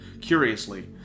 Curiously